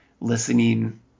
listening